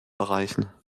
erreichen